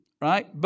right